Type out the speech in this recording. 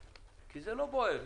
כי זה לא בוער,